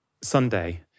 Sunday